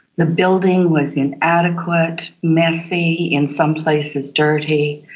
the building was inadequate, messy, in some places dirty.